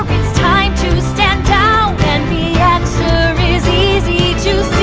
time to stand down and the answer is easy to